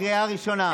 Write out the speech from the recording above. קריאה ראשונה.